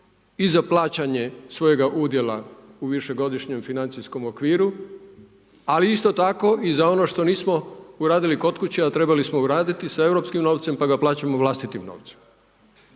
i za plaćanje svojega udjela u višegodišnjem financijskom okviru ali isto tako i za ono što nismo uradili kod kuće a trebali smo uraditi sa europskim novcem pa ga plaćamo vlastitim novcem.